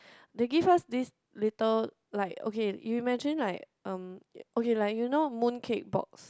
they give us this little like okay you imagine like um okay like you know mooncake box